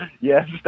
Yes